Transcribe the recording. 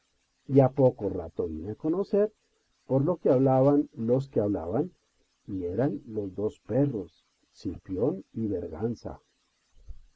a poco rato vine a co nocer por lo que hablaban los que hablaban y eran los dos perros cipión y berganza